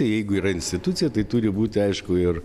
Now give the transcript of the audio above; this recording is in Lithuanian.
jeigu yra institucija tai turi būti aišku ir